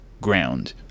ground